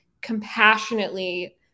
compassionately